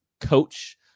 coach